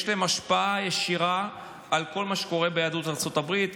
יש להם השפעה ישירה על כל מה שקורה ביהדות ארצות הברית.